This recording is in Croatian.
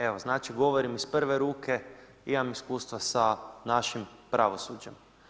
Evo, znači govorim iz prve ruke, imam iskustva sa našim pravosuđem.